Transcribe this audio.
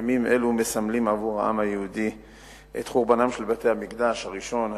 ימים אלו מסמלים עבור העם היהודי את חורבנם של בתי-המקדש הראשון והשני.